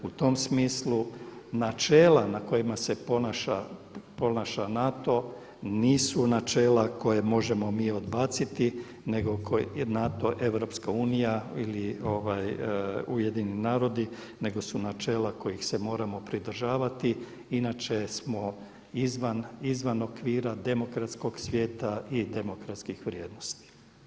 U tom smislu načela na kojima se ponaša NATO nisu načela koje možemo mi odbaciti, nego je NATO EU ili UN, nego su načela kojih se moramo pridržavati inače smo izvan okvira demokratskog svijeta i demokratskih vrijednosti.